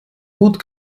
gut